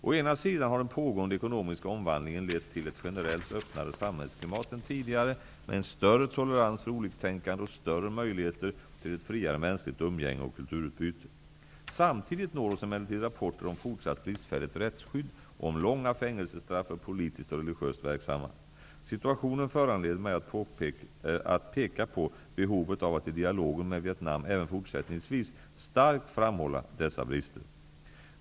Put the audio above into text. Å ena sidan har den pågående ekonomiska omvandlingen lett till ett generellt öppnare samhällsklimat än tidigare med en större tolerans för oliktänkande och större möjligheter till ett friare mänskligt umgänge och kulturutbyte. Samtidigt når oss emellertid rapporter om fortsatt bristfälligt rättsskydd och om långa fängelsestraff för politiskt och religiöst verksamma. Situationen föranleder mig att peka på behovet av att i dialogen med Vietnam även fortsättningsvis starkt framhålla dessa brister.